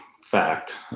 fact